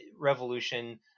revolution